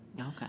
Okay